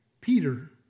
Peter